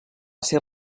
ser